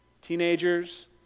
teenagers